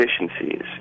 efficiencies